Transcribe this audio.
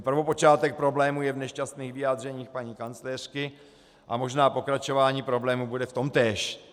Prvopočátek problémů je v nešťastných vyjádřeních paní kancléřky a možná pokračování problémů bude v tomtéž.